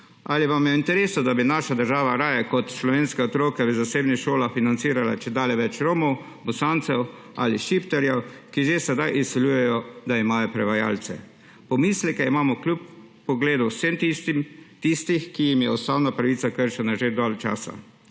Ali vam je v interesu, da bi naša država raje kot slovenske otroke v zasebnih šolah financirala čedalje več Romov, Bosancev ali Šiptarjev, ki že sedaj izsiljujejo, da imajo prevajalce? Pomisleke imamo kljub pogledu vsem tistih, ki jim je ustavna pravica kršena že dlje časa.